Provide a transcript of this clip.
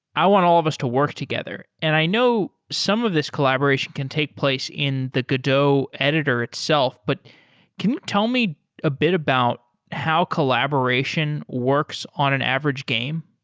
i want all of us to work together. and i know some of this collaboration can take place in the godot editor itself. but can you tell me a bit about how collaboration works on an average game?